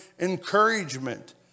encouragement